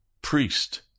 priest